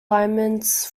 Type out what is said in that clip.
alignments